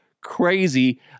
crazy